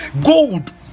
gold